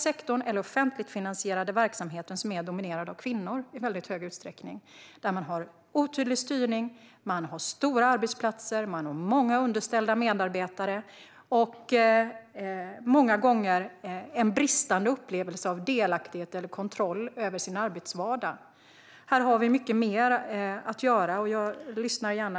Det är i den offentligt finansierade verksamheten, som i hög utsträckning domineras av kvinnor. Där har man otydlig styrning, stora arbetsplatser, många underställda medarbetare och många gånger en bristande upplevelse av delaktighet i eller kontroll över sin arbetsvardag. Här har vi mycket mer att göra, och jag lyssnar gärna.